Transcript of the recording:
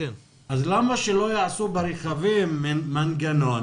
אז למה שלא יעשו ברכבים מנגנון